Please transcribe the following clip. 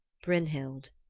brynhild.